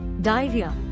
diarrhea